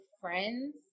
friends